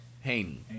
Haney